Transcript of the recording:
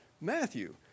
Matthew